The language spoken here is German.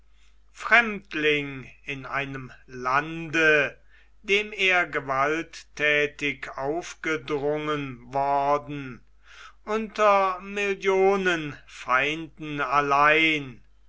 fremdling in einem lande dem er gewaltthätig aufgedrungen worden unter millionen feinden allein